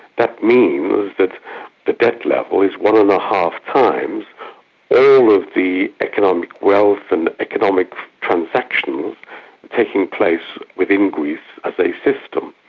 that means that the debt level is one and a half times all of the economic wealth and economic transactions taking place within greece as a system.